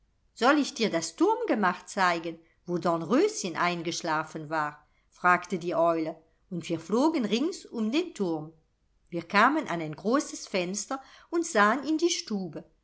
soll ich dir das turmgemach zeigen wo dornröschen eingeschlafen war fragte die eule und wir flogen rings um den turm wir kamen an ein großes fenster und sahen in die stube